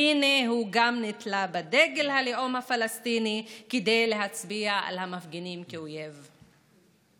הינה הוא גם נתלה בדגל הלאום הפלסטיני כדי להצביע על המפגינים כאויב.